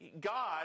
God